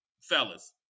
fellas